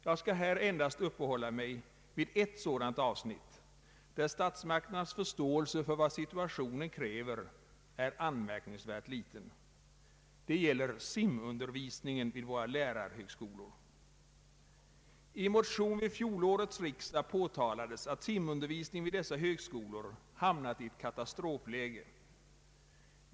Jag skall här endast uppehålla mig vid ett sådant avsnitt, där statsmakternas förståelse för vad situationen kräver är anmärkningsvärt liten. Det gäller simundervisningen vid våra lärarhögskolor. I en motion till fjolårets riksdag påtalades att simundervisningen vid dessa högskolor hamnat i ett katastrofläge.